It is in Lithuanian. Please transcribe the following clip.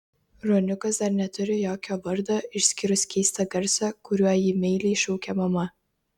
ruoniukas dar neturi jokio vardo išskyrus keistą garsą kuriuo jį meiliai šaukia mama